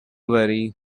worry